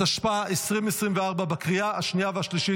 התשפ"ה 2024, לקריאה השנייה והשלישית.